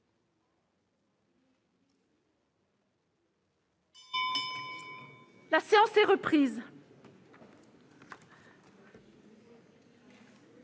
La séance est reprise.